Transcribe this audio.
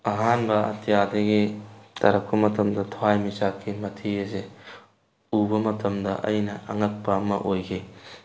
ꯑꯍꯥꯟꯕ ꯑꯇꯤꯌꯥꯗꯒꯤ ꯇꯥꯔꯛꯄ ꯃꯇꯝꯗ ꯊꯋꯥꯟ ꯃꯤꯆꯥꯛꯀꯤ ꯃꯊꯤ ꯑꯁꯦ ꯎꯕ ꯃꯇꯝꯗ ꯑꯩꯅ ꯑꯉꯛꯄ ꯑꯃ ꯑꯣꯏꯈꯤ